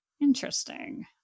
Interesting